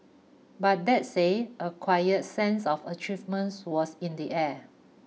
but that say a quiet sense of achievements was in the air